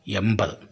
എൺപത്